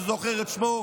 לא זוכר את שמו,